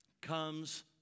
comes